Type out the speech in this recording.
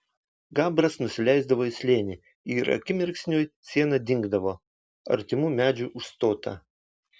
gabras nusileisdavo į slėnį ir akimirksniui siena dingdavo artimų medžių užstota